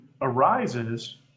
arises